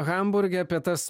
hamburge apie tas